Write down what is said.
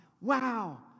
Wow